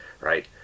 right